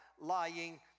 lying